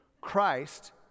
Christ